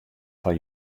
foar